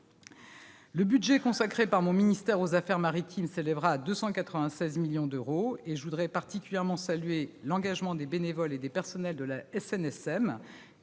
le budget consacré par mon ministère aux affaires maritimes s'élèvera à 296 millions d'euros. Je tiens à saluer particulièrement l'engagement des bénévoles et des personnels de la SNSM,